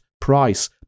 price